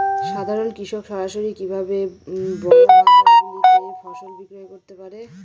সাধারন কৃষক সরাসরি কি ভাবে বড় বাজার গুলিতে ফসল বিক্রয় করতে পারে?